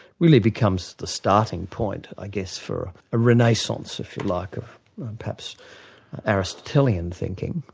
really becomes the starting point i guess for a renaissance if you like, of perhaps aristotelian thinking,